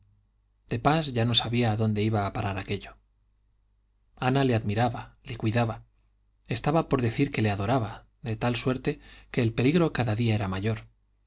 de pas ya no sabía dónde iba a parar aquello ana le admiraba le cuidaba estaba por decir que le adoraba de tal suerte que el peligro cada día era mayor